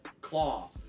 claw